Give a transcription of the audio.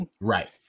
Right